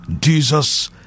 Jesus